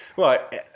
Right